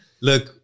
Look